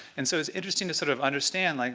and so it's interesting to sort of understand, like